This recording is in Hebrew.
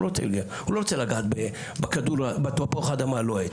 הוא לא רוצה לגעת בתפוח אדמה הלוהט.